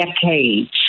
decades